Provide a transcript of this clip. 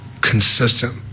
consistent